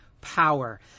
power